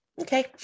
Okay